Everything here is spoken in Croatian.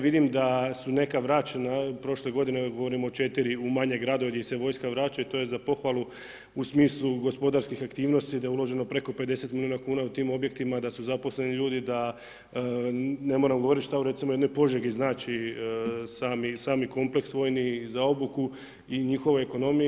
Vidim da su neka vraćena prošle godine, govorimo o 4 u manje gradova gdje se vojska vraća i to je za pohvalu u smislu gospodarskih aktivnosti da je uloženo preko 50 milijuna kuna u tim objektima, da su zaposleni ljudi, da ne moram govorit šta recimo u jednoj Požegi znači sami kompleks vojni i za obuku i njihovoj ekonomiji.